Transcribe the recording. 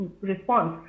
response